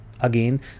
Again